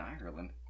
Ireland